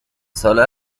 ساله